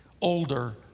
older